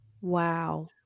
Wow